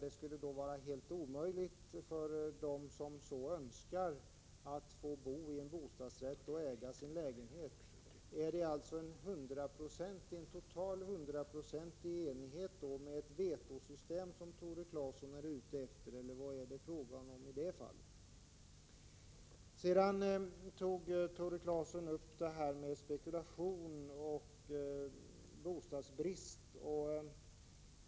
Det skulle då vara helt omöjligt för den som så önskar att få bo i en bostadsrätt eller äga sin lägenhet. Är det alltså en 100-procentig enighet, dvs. ett vetosystem, som Tore Claeson förordar, eller vad är det fråga om? Sedan tog Tore Claeson upp spekulationen i bostadsrätter och bostadsbristen.